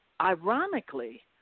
Ironically